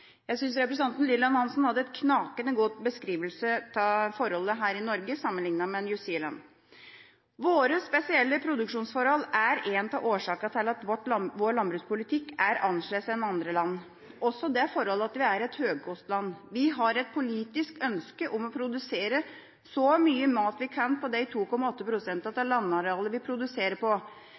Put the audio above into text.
Jeg syns representanten Lillian Hansen hadde en knakende god beskrivelse av forholdene her i Norge sammenlignet med i New Zealand. Våre spesielle produksjonsforhold er en av årsakene til at vår landbrukspolitikk er annerledes enn i andre land, og også det forhold at vi er et høykostland. Vi har et politisk ønske om å produsere så mye mat vi kan på de 2,8 prosentene av landarealet som vi produserer på.